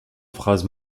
phrase